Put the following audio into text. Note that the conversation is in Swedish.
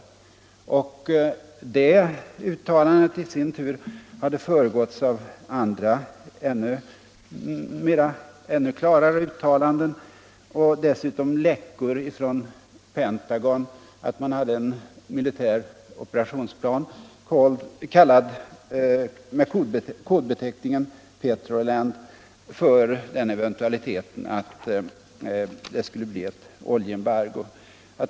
Dessa uttalanden hade i sin tur föregåtts av andra ännu klarare uttalanden och dessutom läckor från Pentagon att man hade en militär operationsplan med kodbeteckningen Petroland för den eventualiteten att det skulle bli ett oljeembargo.